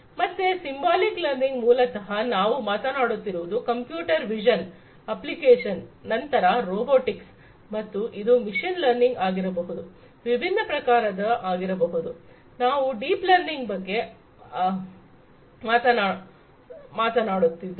ಮತ್ತೆ symbolic learning ಮೂಲತಹ ನಾವು ಮಾತನಾಡುತ್ತಿರುವುದು ಕಂಪ್ಯೂಟರ್ ವಿಷನ್ ಅಪ್ಲಿಕೇಶನ್ ನಂತರ ರೋಬೋಟಿಕ್ಸ್ ಮತ್ತು ಇದು ಮಿಷಿನ್ ಲರ್ನಿಂಗ್ ಆಗಿರಬಹುದು ವಿಭಿನ್ನ ಪ್ರಕಾರದ ಆಗಿರಬಹುದು ನಾವು ಡೀಪ್ ಲರ್ನಿಂಗ್ ಬಗ್ಗೆ ಆಗೆಲ್ಲಾ ಮಾತನಾಡಿದ್ದೇವೆ